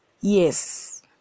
Yes